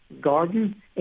garden